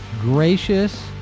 gracious